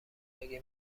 اگه